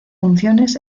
funciones